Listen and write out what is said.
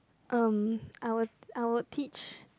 um I will I will teach